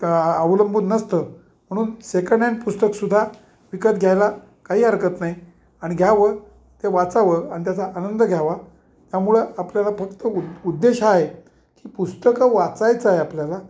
का अवलंबून नसतं म्हणून सेकंड हॅड पुस्तकसुद्धा विकत घ्यायला काही हरकत नाही आणि घ्यावे ते वाचावे आणि त्याचा आनंद घ्यावा त्यामुळे आपल्याला फक्त उ उद्देश आहे की पुस्तकं वाचायचे आपल्याला